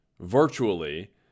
virtually